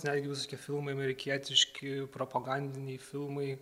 netgi visokie filmai amerikietiški propagandiniai filmai